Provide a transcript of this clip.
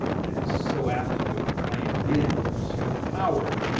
and is so apt to inflame men in the pursuit of power,